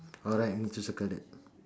alright need to circle that